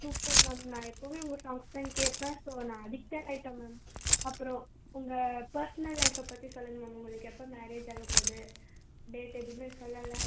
super ma'am நான் எப்பவுமே உங்கள் சாங்ஸ் தான் கேட்பேன் ஸோ நான் அடிக்ட்டே ஆகிட்டேன் மேம் அப்புறம் உங்கள் பர்ஸ்னல் லைஃபை பற்றி சொல்லுங்கள் மேம் உங்களுக்கு எப்போ மேரேஜ் ஆகப்போகுது டேட் எதுவுமே சொல்லலை